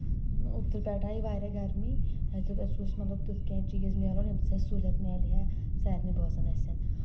اوترٕ پٮ۪ٹھ آیہِ واریاہ گرمی اَسہِ دوٚپ اَسہِ گوٚژھ تیُتھ کیٚنٛہہ چیٖز مِلُن ییٚمہِ سۭتۍ اَسہِ سہوٗلیت مِلہِ ہا سارنی بٲژن اَسہِ